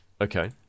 Okay